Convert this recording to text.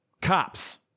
cops